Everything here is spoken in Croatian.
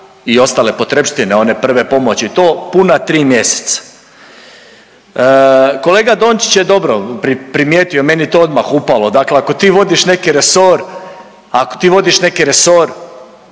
i ostale potrepštine one prve pomoći puna tri mjeseca. Kolega Dončić je dobro primijetio, meni je to odmah upalo, dakle ako ti vodiš neki resor, ako ti vodiš neki resor